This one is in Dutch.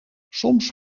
soms